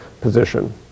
position